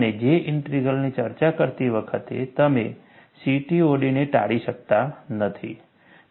અને J ઇન્ટિગ્રલની ચર્ચા કરતી વખતે તમે CTOD ને ટાળી શકતા નથી